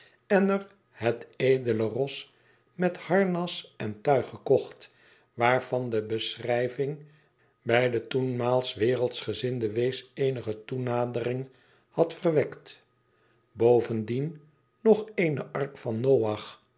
en er het edele ros met harnas en tuig gekocht waarvan de beschrijving bij den toenmaals wereldsgezinden wees eenige toenadering had verwekt bovendien nog eene ark van noach